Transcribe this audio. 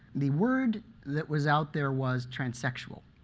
the word that was out there was transsexual